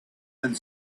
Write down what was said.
and